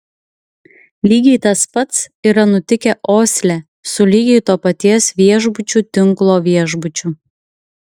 lygiai tas pats yra nutikę osle su lygiai to paties viešbučių tinklo viešbučiu